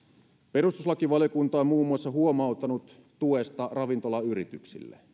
perustuslakivaliokunta on muun muassa huomauttanut tuesta ravintolayrityksille